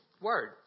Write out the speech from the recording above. word